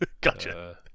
Gotcha